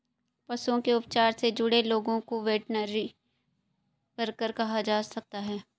पशुओं के उपचार से जुड़े लोगों को वेटरनरी वर्कर कहा जा सकता है